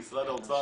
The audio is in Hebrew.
משרד האוצר,